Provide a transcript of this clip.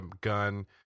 gun